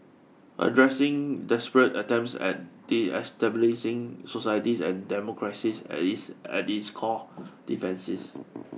addressing desperate attempts at destabilising societies and democracies as is at its core defences